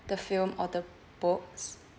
the film or the books